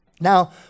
Now